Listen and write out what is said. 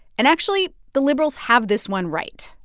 and actually, the liberals have this one right.